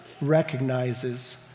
recognizes